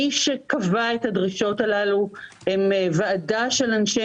מי שקבע את הדרישות האלה הם ועדה של אנשי